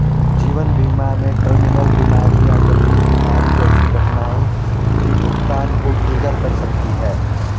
जीवन बीमा में टर्मिनल बीमारी या गंभीर बीमारी जैसी घटनाएं भी भुगतान को ट्रिगर कर सकती हैं